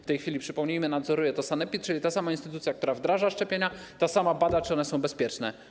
W tej chwili, przypomnijmy, nadzoruje to sanepid, czyli ta sama instytucja, która wdraża szczepienia, ta sama, która bada, czy one są bezpieczne.